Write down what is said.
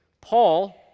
Paul